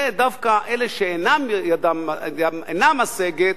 ודווקא אלה שידם אינה משגת